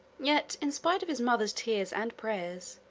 yet, in spite of his mother's tears and prayers,